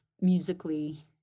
musically